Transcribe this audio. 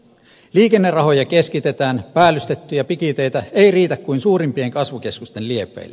liikennerahoja keskitetään päällystettyjä pikiteitä ei riitä kuin suurimpien kasvukeskusten liepeille